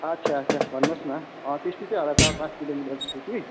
अच्छा अच्छा भन्नुहोस् न अँ त्यस्तो चाहिँ होला चार पाँच किलोमिटर जस्तो नि